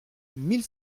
mille